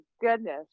goodness